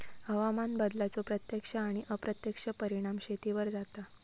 हवामान बदलाचो प्रत्यक्ष आणि अप्रत्यक्ष परिणाम शेतीवर जाता